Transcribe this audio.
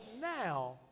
now